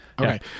okay